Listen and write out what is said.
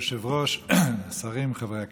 כבוד היושב-ראש, שרים וחברי הכנסת,